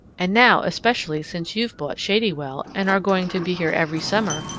and now especially since you've bought shadywell, and are going to be here every summer,